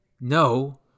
No